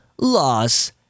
loss